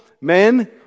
Men